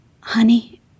Honey